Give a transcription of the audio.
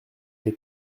les